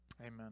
amen